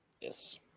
Yes